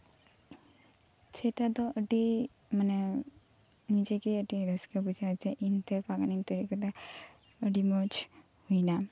ᱥᱮᱴᱟ ᱫᱚ ᱢᱟᱱᱮ ᱱᱤᱡᱮ ᱜᱮ ᱟᱹᱰᱤ ᱨᱟᱹᱥᱠᱟᱹ ᱵᱩᱡᱷᱟᱹᱜᱼᱟ ᱡᱮ ᱤᱧ ᱛᱮᱜᱮ ᱦᱩᱭᱩᱜ ᱠᱟᱱ ᱛᱤᱧᱟᱹ ᱡᱮ ᱟᱹᱰᱤ ᱢᱚᱸᱡ ᱦᱩᱭ ᱱᱟ